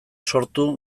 sortu